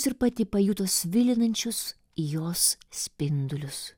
ir pati pajuto svilinančius jos spindulius